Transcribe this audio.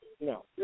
No